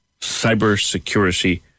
Cybersecurity